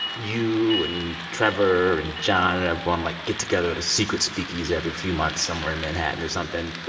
you and trevor and jon and everyone, like, get together at a secret speak-easy every few months somewhere in manhattan or something.